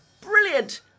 Brilliant